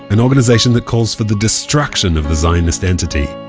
an organization that calls for the destruction of the zionist entity,